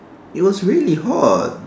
it was really hot